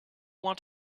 want